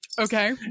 Okay